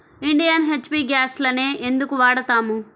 Indian, HP గ్యాస్లనే ఎందుకు వాడతాము?